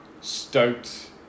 Stoked